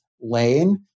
lane